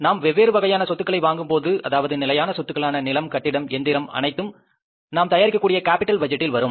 நாம் வெவ்வேறு வகையான சொத்துக்களை வாங்கும்போது அதாவது நிலையான சொத்துக்களான நிலம் கட்டிடம் எந்திரம் அனைத்தும் நாம் தயாரிக்கக்கூடிய கேப்பிட்டல் பட்ஜெட்டில் வரும்